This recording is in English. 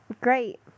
great